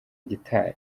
gitari